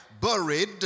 buried